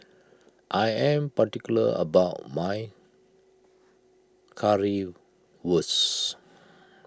I am particular about my Currywurst